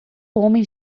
homens